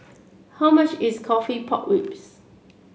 how much is coffee Pork Ribs